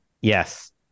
yes